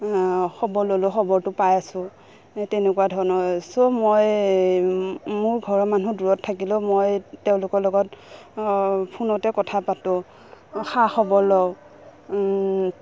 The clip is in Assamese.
খবৰ ল'লোঁ খবৰটো পাই আছোঁ তেনেকুৱা ধৰণৰ চ' মই মোৰ ঘৰৰ মানুহ দূৰত থাকিলেও মই তেওঁলোকৰ লগত ফোনতে কথা পাতোঁ খা খবৰ লওঁ